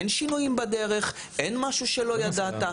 אין שינויים בדרך, אין משהו שלא ידעת.